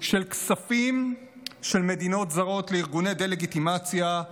של כספים של מדינות זרות לארגוני דה-לגיטימציה,